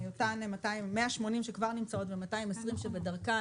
180 שכבר נמצאות ו-220 שנמצאות בדרכן.